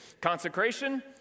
Consecration